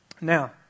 Now